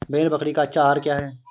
भेड़ बकरी का अच्छा आहार क्या है?